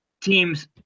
teams –